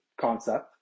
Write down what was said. concept